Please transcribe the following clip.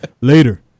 later